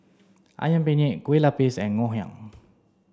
ayam penyet kue lupis and ngoh hiang